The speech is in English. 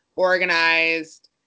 organized